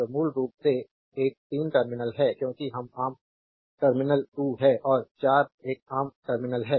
तो यह मूल रूप से एक 3 टर्मिनल है क्योंकि यह आम टर्मिनल 2 है और 4 एक आम टर्मिनल है